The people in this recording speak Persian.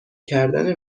کردن